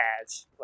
ads